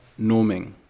norming